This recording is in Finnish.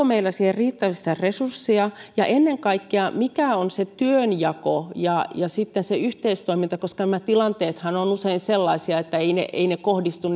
meillä siihen riittävästi resursseja ja ennen kaikkea mikä on se työnjako ja sitten se yhteistoiminta koska nämä tilanteethan ovat usein sellaisia että eivät ne eivät ne kohdistu